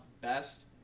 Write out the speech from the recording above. best